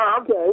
Okay